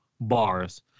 bars